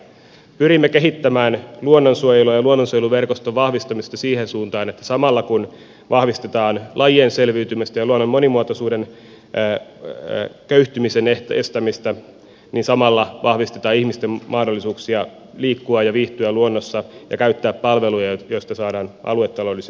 pyrimme kehittämään luonnonsuojelua ja luonnonsuojeluverkoston vahvistamista siihen suuntaan että samalla kun vahvistetaan lajien selviytymistä ja luonnon monimuotoisuuden köyhtymisen estämistä vahvistetaan ihmisten mahdollisuuksia liikkua ja viihtyä luonnossa ja käyttää palveluja joista saadaan aluetaloudellisia hyötyjä